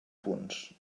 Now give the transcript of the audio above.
punts